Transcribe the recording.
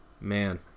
Man